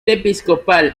episcopal